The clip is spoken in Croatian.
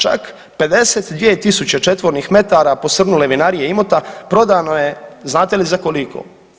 Čak 52000 četvornih metara posrnule vinarije Imota prodano je znate li za koliko?